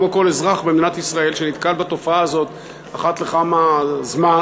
כמו כל אזרח במדינת ישראל שנתקל בתופעה הזאת אחת לכמה זמן,